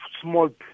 small